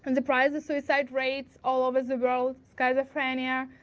and the price is suicide rates all over the world, schizophrenia,